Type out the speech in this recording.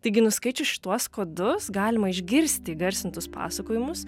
taigi nuskaičius šituos kodus galima išgirsti įgarsintus pasakojimus